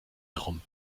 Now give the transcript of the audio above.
herum